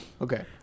Okay